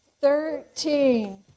thirteen